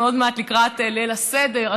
אנחנו עוד מעט לקראת ליל הסדר,